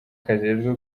kajejwe